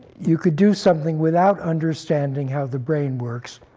you could do something, without understanding how the brain works,